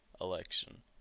election